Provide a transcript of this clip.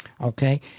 Okay